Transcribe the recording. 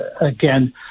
again